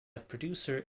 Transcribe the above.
producer